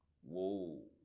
whoa